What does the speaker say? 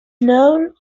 known